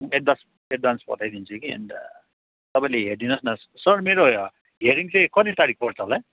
advance advance पठाइदिन्छु कि अन्त तपाईँले हेरिदिनु होस् न सर मेरो हियरिङ चाहिँ कति तारिख पर्छ होला